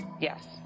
Yes